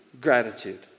gratitude